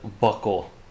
buckle